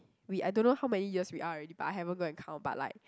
we I don't know how many years we are already but I haven't go and count but like